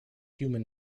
human